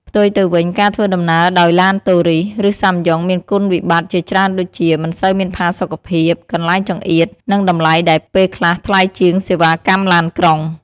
ផ្ទុយទៅវិញ ការធ្វើដំណើរដោយឡានតូរីស ឬសាំយ៉ុងមានគុណវិបត្តិជាច្រើនដូចជា មិនសូវមានផាសុកភាព កន្លែងចង្អៀត និងតម្លៃដែលពេលខ្លះថ្លៃជាងសេវាកម្មឡានក្រុង។